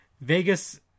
Vegas